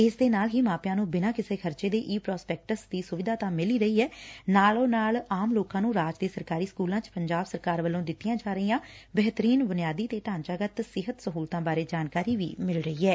ਇਸ ਦੇ ਨਾਲ ਹੀ ਮਾਪਿਆਂ ਨੂੰ ਬਿਨਾਂ ਕਿਸੇ ਖਰਚੇ ਦੇ ਈ ਪ੍ਰਾਸ ਪੈਕਟਸ ਦੀ ਸੁਵਿਧਾ ਤਾਂ ਮਿਲ ਹੀ ਰਹੀ ਐ ਨਾਲ ਹੀ ਆਮ ਲੋਕਾ ਨੂੰ ਰਾਜ ਦੇ ਸਰਕਾਰੀ ਸਕੁਲਾ ਚ ਪੰਜਾਬ ਸਰਕਾਰ ਵੱਲੋ ਦਿੱਤੀਆਂ ਜਾ ਰਹੀਆਂ ਬਿਹਤਰੀਨ ਬੁਨਿਆਦੀ ਤੇ ਢਾਂਚਾਗਤ ਸਿੱਖਿਆ ਸਹੁਲਤਾਂ ਬਾਰੇ ਜਾਣਕਾਰੀ ਮਿਲ ਰਹੀ ਐ